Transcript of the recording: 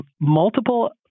multiple